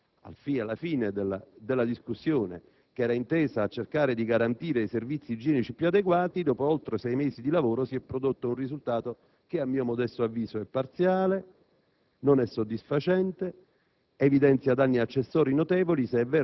ancora, rispetto alla richiesta avanzata dal presidente Calderoli alla fine della discussione, che era intesa a cercare di garantire servizi igienici più adeguati, dopo oltre sei mesi di lavoro, si è prodotto risultato che, a mio modesto avviso, è parziale,